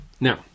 now